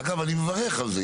אגב אני מברך על זה,